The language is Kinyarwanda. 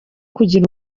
kugira